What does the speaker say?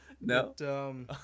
No